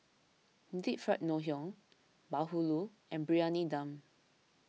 Deep Fried Ngoh Hiang Bahulu and Briyani Dum